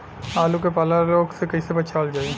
आलू के पाला रोग से कईसे बचावल जाई?